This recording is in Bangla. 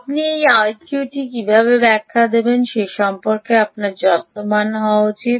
আপনি এই আইকিউটি কীভাবে ব্যাখ্যা করেন সে সম্পর্কে আপনার যত্নবান হওয়া উচিত